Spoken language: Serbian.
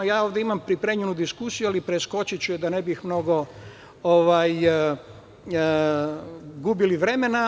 Imam pripremljenu diskusiju, ali preskočiću je da ne bi mnogo gubili vremena.